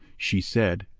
she said,